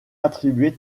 attribué